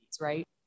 right